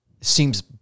seems